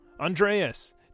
Andreas